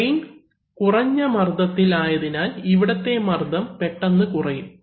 train കുറഞ്ഞ മർദ്ദത്തിൽ ആയതിനാൽ ഇവിടത്തെ മർദ്ദം പെട്ടെന്ന് കുറയും